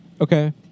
Okay